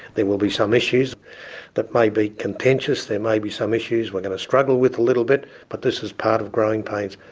there will be some issues that may be contentious, there may be some issues we're going to struggle with a little bit, but this is part of growing pains.